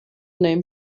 name